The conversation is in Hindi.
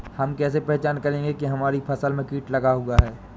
हम कैसे पहचान करेंगे की हमारी फसल में कीट लगा हुआ है?